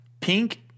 Pink